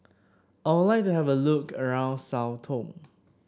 I would like to have a look around Sao Tome